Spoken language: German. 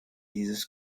dieses